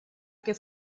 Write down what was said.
que